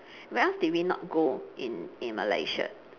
where else did we not go in in malaysia